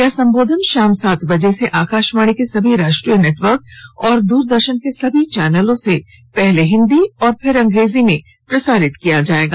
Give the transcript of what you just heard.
यह संबोधन शाम सात बजे से आकाशवाणी के सभी राष्ट्रीय नेटवर्क और द्रदर्शन के सभी चैनलों से पहले हिन्दी और फिर अंग्रेजी में प्रसारित किया जाएगा